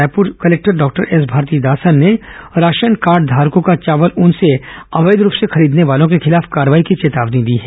Raipur collector doctor S Bharathidasan ने ration कार्डघारकों का चावल उनसे अवैध रूप से खरीदने वालों के खिलाफ कार्रवाई की चेतावनी दी है